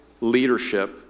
leadership